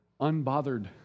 unbothered